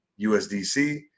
USDC